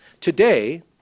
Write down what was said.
Today